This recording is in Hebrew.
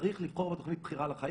שצריך לבחור בתוכנית "בחירה בחיים".